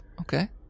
Okay